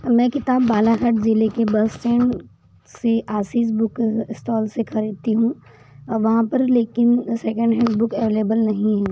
मैं किताब बालाघाट ज़िले के बस स्टैंड से आशीष बुक स्टॉल से खरीदती हूं वहाँ पर लेकिन सेकंड हैंड बुक अवेलेबल नहीं है